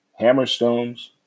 Hammerstones